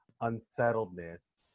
unsettledness